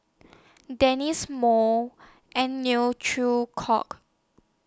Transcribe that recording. Dennis More and Neo Chwee Kok